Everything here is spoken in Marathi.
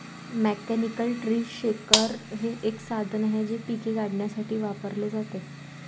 मेकॅनिकल ट्री शेकर हे एक साधन आहे जे पिके काढण्यासाठी वापरले जाते